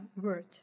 word